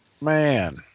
Man